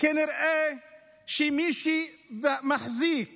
כנראה שמישהו מחזיק